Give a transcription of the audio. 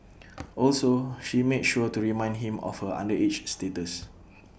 also she made sure to remind him of her underage status